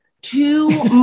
two